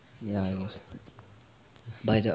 ya by the